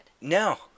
No